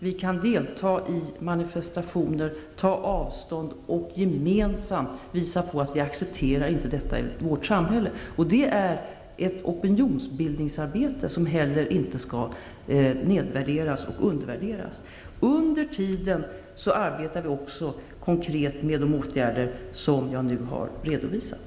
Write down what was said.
Vi kan delta i manifestationer, ta avstånd och gemensamt visa på att vi inte accepterar dessa våldsdåd i vårt samhälle. Detta är ett opinionsbildningsarbete som inte heller skall undervärderas eller nedvärderas. Under tiden arbetar vi även konkret med de åtgärder som jag nu har redovisat.